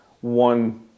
one